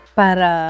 para